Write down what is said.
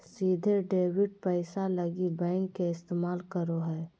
सीधे डेबिट पैसा लगी बैंक के इस्तमाल करो हइ